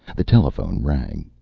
the telephone rang.